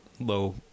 low